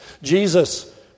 Jesus